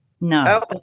No